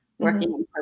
working